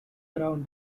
around